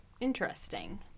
Interesting